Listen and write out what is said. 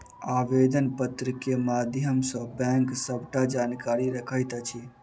आवेदन पत्र के माध्यम सॅ बैंक सबटा जानकारी रखैत अछि